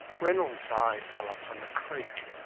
reynolds' eye fell upon a creek,